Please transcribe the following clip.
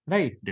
Right